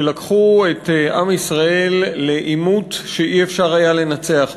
שלקחו את עם ישראל לעימות שלא היה אפשר לנצח בו.